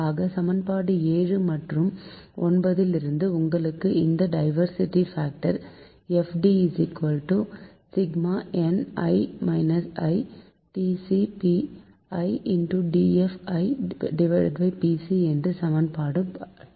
ஆக சமன்பாடு 7 மற்றும் 9 இல் இருந்து உங்களுக்கு இந்த டைவர்ஸிட்டி பாக்டர் FD i1nTcpiDFipc இது சமன்பாடு 10